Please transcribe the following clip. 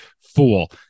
fool